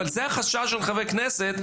אבל זהו החשש של חברי הכנסת,